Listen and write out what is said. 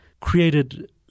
created